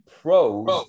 pros